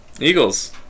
Eagles